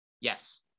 Yes